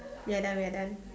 we are done we are done